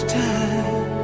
time